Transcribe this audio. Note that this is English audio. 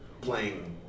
Playing